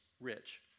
rich